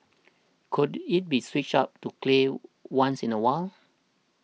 could it be switched up to clay once in a while